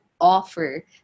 offer